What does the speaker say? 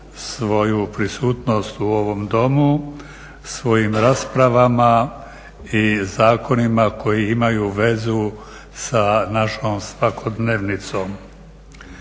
svoju prisutnost u ovom Domu svojim raspravama i zakonima koji imaju vezu sa našom svakodnevnicom.